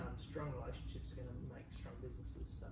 strong relationships are gonna make strong businesses.